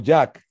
Jack